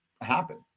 happen